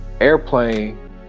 airplane